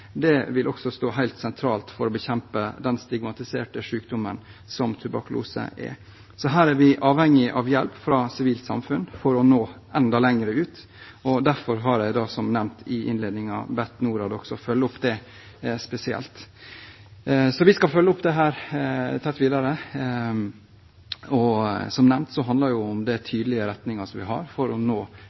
Det vil også stå helt sentralt for å bekjempe den stigmatiserte sykdommen som tuberkulose er. Her er vi avhengige av hjelp fra det sivile samfunn for å nå enda lenger ut, derfor har jeg, som nevnt i innledningen, også bedt Norad følge opp det spesielt. Så vi skal følge opp dette tett videre. Som nevnt handler det om den tydelige retningen vi har for å nå